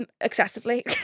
excessively